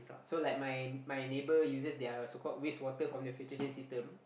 so like my my neighbour uses their so called waste water from the filtration system